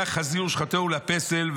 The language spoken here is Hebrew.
קח חזיר ושחטהו לפסל,